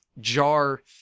jar